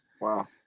Wow